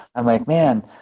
i'm like, man,